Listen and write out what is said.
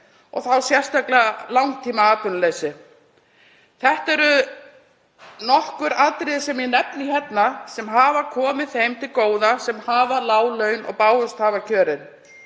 og þá sérstaklega langtímaatvinnuleysi. Þetta eru nokkur atriði sem ég nefni hérna sem hafa komið þeim til góða sem hafa lág laun og bágust hafa kjörin.